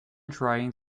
trying